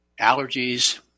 allergies